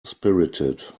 spirited